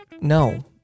no